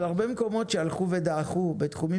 אבל הרבה מקומות שהלכו ודעכו בתחומים